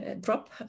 drop